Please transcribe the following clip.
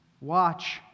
Watch